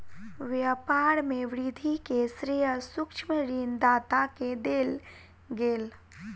व्यापार में वृद्धि के श्रेय सूक्ष्म ऋण दाता के देल गेल